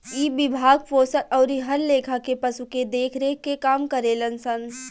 इ विभाग पोसल अउरी हर लेखा के पशु के देख रेख के काम करेलन सन